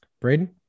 Braden